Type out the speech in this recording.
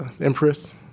Empress